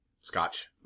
Scotch